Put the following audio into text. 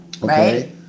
Right